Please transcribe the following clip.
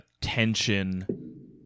tension